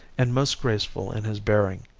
and most graceful in his bearing,